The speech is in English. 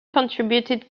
contributed